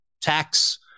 tax